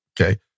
okay